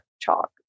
chalk